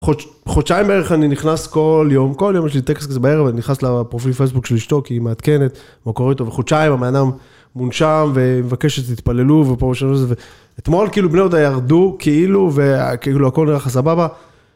חודשיים בערך אני נכנס כל יום, כל יום יש לי טקס כזה בערב, אני נכנס לפרופיל פייסבוק של אשתו, כי היא מעדכנת, מה קורה איתו, וחודשיים הבן אדם מונשם, ומבקשת שתתפללו ופה ושם וזה, ואתמול כאילו בני יהודה ירדו, כאילו, כאילו והכל נראה לך סבבה.